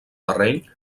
terreny